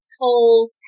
told